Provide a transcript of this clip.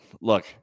look